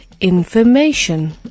information